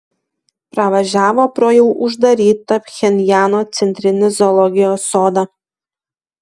pravažiavo pro jau uždarytą pchenjano centrinį zoologijos sodą